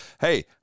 hey